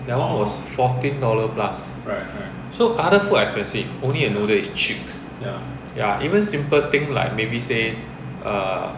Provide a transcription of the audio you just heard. that one was fourteen dollar plus so other food expensive only the noodle is cheap ya even simple things like maybe say err